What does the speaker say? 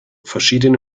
verschiedene